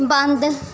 ਬੰਦ